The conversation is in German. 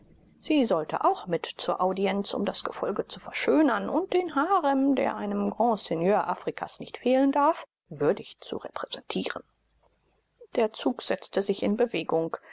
sie sollte auch mit zur audienz um das gefolge zu verschönern und den harem der einem grandseigneur afrikas nicht fehlen darf würdig zu repräsentieren der zug setzte sich in bewegung